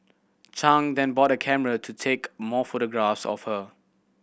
Chang then bought a camera to take more photographs of her